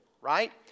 right